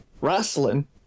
Wrestling